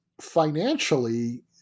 financially